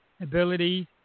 ability